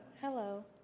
Hello